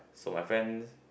so my friend